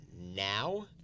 now